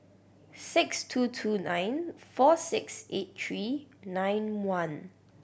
six two two nine four six eight three nine one